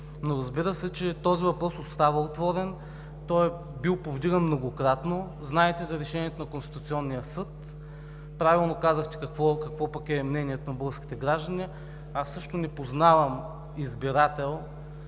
се обаче, че този въпрос остава отворен. Той е бил повдиган многократно. Знаете за решението на Конституционния съд. Правилно казахте какво е мнението на българските граждани. Аз също не познавам избирател